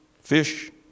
fish